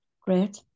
great